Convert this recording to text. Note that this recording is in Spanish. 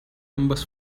ambas